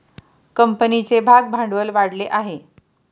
कंपनीचे भागभांडवल वाढले आहे